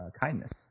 kindness